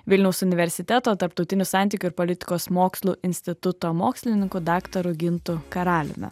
vilniaus universiteto tarptautinių santykių ir politikos mokslų instituto mokslininku daktaru gintu karaliumi